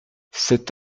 cet